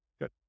good